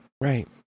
right